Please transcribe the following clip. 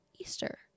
Easter